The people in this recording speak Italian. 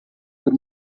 per